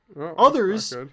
Others